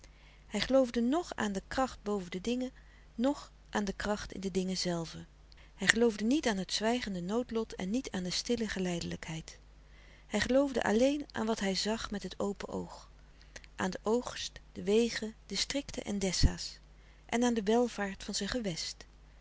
hij geloofde noch aan de kracht boven de dingen noch aan de kracht in de dingen zelve hij geloofde niet aan het zwijgende noodlot en niet aan de stille geleidelijkheid hij geloofde alleen aan wat hij zag met het open oog aan den oogst de wegen districten en dessa's en aan de welvaart van zijn gewest